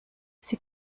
sie